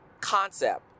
concept